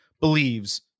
believes